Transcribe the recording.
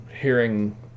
Hearing